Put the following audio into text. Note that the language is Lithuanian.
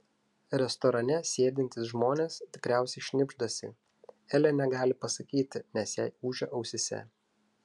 restorane sėdintys žmonės tikriausiai šnibždasi elė negali pasakyti nes jai ūžia ausyse